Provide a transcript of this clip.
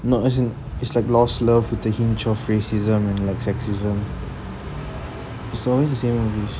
no as in it's like lost love with a hinge of racism and sexism it's always the same movie